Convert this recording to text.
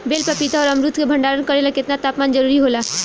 बेल पपीता और अमरुद के भंडारण करेला केतना तापमान जरुरी होला?